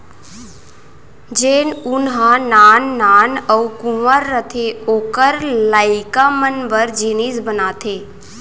जेन ऊन ह नान नान अउ कुंवर रथे ओकर लइका मन बर जिनिस बनाथे